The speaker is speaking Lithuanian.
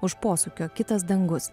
už posūkio kitas dangus